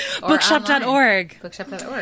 bookshop.org